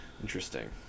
Interesting